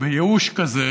וייאוש כזה